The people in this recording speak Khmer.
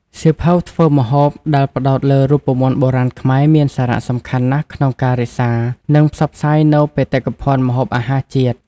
សៀវភៅធ្វើម្ហូបដែលផ្ដោតលើរូបមន្តបុរាណខ្មែរមានសារៈសំខាន់ណាស់ក្នុងការរក្សា និងផ្សព្វផ្សាយនូវបេតិកភណ្ឌម្ហូបអាហារជាតិ។